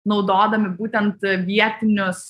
naudodami būtent vietinius